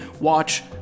watch